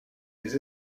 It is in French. des